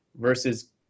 versus